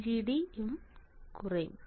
VGD യും കുറയും